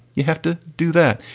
you have to do that.